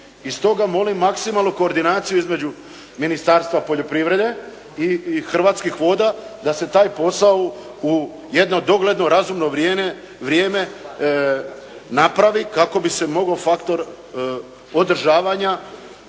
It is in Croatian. I stoga molim maksimalnu koordinaciju između Ministarstva poljoprivrede i Hrvatskih voda, da se taj posao u jedno dogledno razumno vrijeme napravi kako bi se mogao faktor održavanja,